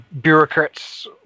bureaucrats